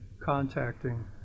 contacting